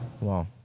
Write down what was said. wow